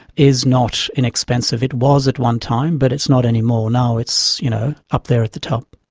is not inexpensive. it was at one time, but it's not anymore. now it's you know up there at the top.